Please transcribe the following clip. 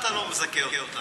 למה אתה לא מזכה אותנו?